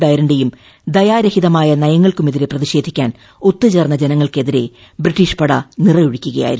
ഡയറിന്റെയും ദയാരഹിതമായ നയങ്ങൾക്കുമെതിരെ പ്രതിഷേധിക്കാൻ ഒത്തു ചേർന്ന ജനങ്ങൾക്കെതിരെ ബ്രിട്ടീഷ് പട നിറയൊഴിക്കുകയായിരുന്നു